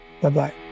Bye-bye